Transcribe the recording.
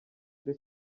kuri